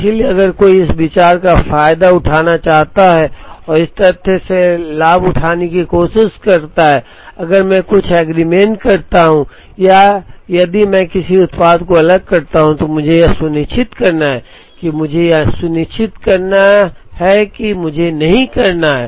इसलिए अगर कोई इस विचार का फायदा उठाना चाहता है और इस तथ्य से लाभ उठाने की कोशिश करता है कि अगर मैं कुछ एग्रीगेट करता हूं या यदि मैं किसी उत्पाद को अलग करता हूं तो मुझे यह सुनिश्चित करना है कि मुझे यह सुनिश्चित करना है तो मुझे कुछ नहीं करना है